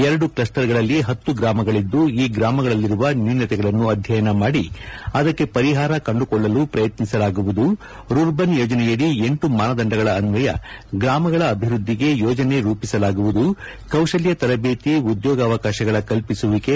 ಎರಡು ಕ್ಷಸ್ಟರ್ ಗಳಲ್ಲಿ ಹತ್ತು ಗ್ರಾಮಗಳದ್ದು ಈ ಗ್ರಾಮಗಳಲ್ಲಿರುವ ನ್ಯೂನ್ಹತೆಗಳನ್ನು ಅಧ್ಯಯನ ಮಾಡಿ ಅದಕ್ಕೆ ಪರಿಹಾರ ಕಂಡುಕೊಳ್ಳಲು ಪ್ರಯತ್ನಿಸಲಾಗುವುದು ರುರ್ಬನ್ ಯೋಜನೆಯಡಿ ಎಂಟು ಮಾನದಂಡಗಳ ಅನ್ವಯ ಗ್ರಾಮಗಳ ಅಭಿವೃದ್ದಿಗೆ ಯೋಜನೆ ರೂಪಿಸಲಾಗುವುದು ಕೌಶಲ್ಕ ತರಬೇತಿ ಉದ್ಯೋಗವಕಾಶಗಳ ಕಲ್ಪಿಸುವಿಕೆ